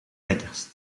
lekkerst